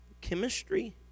Chemistry